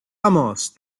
vamos